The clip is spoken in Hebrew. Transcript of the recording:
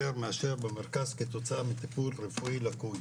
מאשר במרכז כתוצאה מטיפול רפואי לקוי,